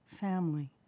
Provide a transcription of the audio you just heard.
Family